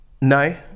no